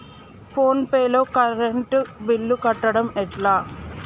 Phone pay లో current bill కట్టడం ఎట్లా?